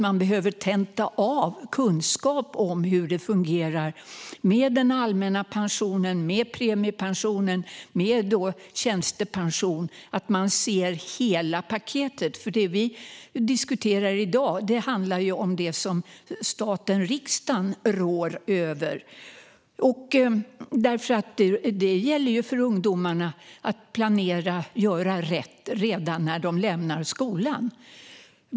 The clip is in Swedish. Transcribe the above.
De behöver tenta av kunskap om hur det fungerar med den allmänna pensionen, med premiepensionen och med tjänstepensionen. De ska se hela paketet. Det vi diskuterar i dag handlar om det som staten och riksdagen rår över. Det gäller för ungdomarna att planera och göra rätt redan när de lämnar skolan.